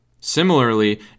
Similarly